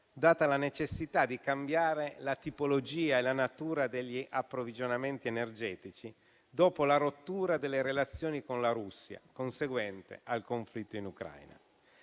data la necessità di cambiare la tipologia e la natura degli approvvigionamenti energetici dopo la rottura delle relazioni con la Russia conseguente al conflitto in Ucraina.